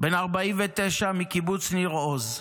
בן 49 מקיבוץ ניר עוז.